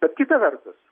bet kita vertus